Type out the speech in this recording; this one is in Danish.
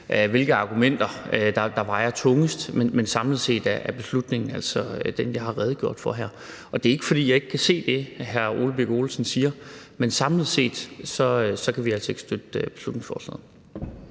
hvilke argumenter der vejer tungest, men samlet set er beslutningen altså den, jeg har redegjort for her. Det er ikke, fordi jeg ikke kan se det, hr. Ole Birk Olesen siger, men samlet set kan vi altså ikke støtte beslutningsforslaget.